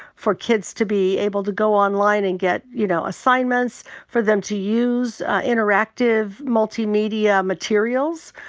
for kids to be able to go online and get, you know, assignments for them to use interactive multimedia materials.